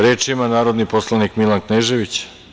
Reč ima narodni poslanik Milan Knežević.